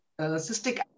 cystic